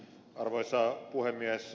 arvoisa puhemies